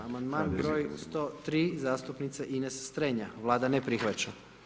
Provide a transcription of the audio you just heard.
Amandman br. 103, zastupnice Ines Strenja, Vlada ne prihvaća.